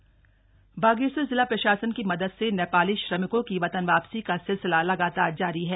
नेपाली प्रवासी बागेश्वर जिला प्रशासन की मदद से नेपाली श्रमिको की वतन वापसी का सिलसिला लगातार जारी है